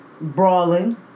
brawling